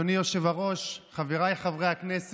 קבלאן, ויתמא.